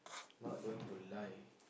not going to lie